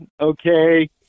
okay